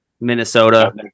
Minnesota